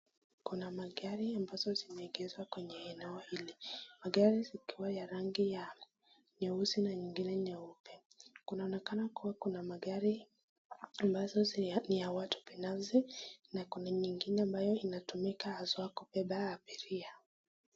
Kuna magari ambazo zimeegezwa kwenye eneo hili. Magari zikiwa za rangi ya nyeusi na nyingine nyeupe. Kunaonekana kuwa kuna magari ambazo ni ya watu binafsi na kuna nyingine ambayo inatumika haswa kubeba abiria.